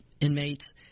inmates